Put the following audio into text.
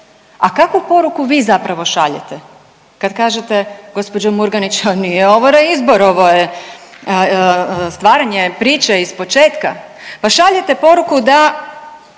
A kakvu poruku vi zapravo šaljete kad kažete gospođo Murganić nije ovo reizbor ovo je stvaranje priče iz početka. Pa šaljete poruku da